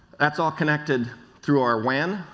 that's all connected through our wan,